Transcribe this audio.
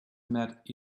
met